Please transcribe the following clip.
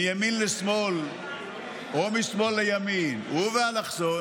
מימין לשמאל או משמאל לימין ובאלכסון,